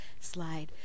slide